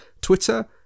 Twitter